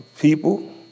People